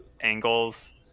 angles